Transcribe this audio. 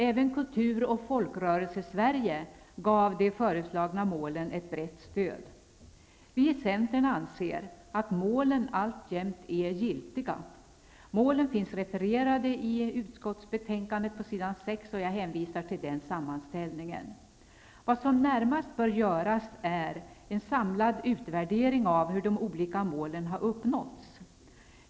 Även Kultur och Folkrörelse-Sverige gav de föreslagna målen ett brett stöd. Vi i Centern anser att målen alltjämt är giltiga. Målen finns refererade i utskottsbetänkandet KrU18 på s. 6, och jag hänvisar till den sammanställningen. Vad som närmast bör göras är en samlad utvärdering av hur de olika målen har uppnåtts.